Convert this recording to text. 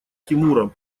тимура